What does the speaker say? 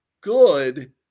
good